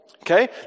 Okay